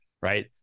right